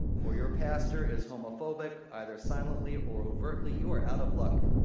or your pastor is homophobic, either silently or overtly, you are out of luck.